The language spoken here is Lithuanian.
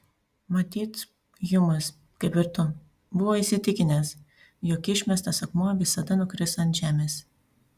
matyt hjumas kaip ir tu buvo įsitikinęs jog išmestas akmuo visada nukris ant žemės